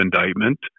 indictment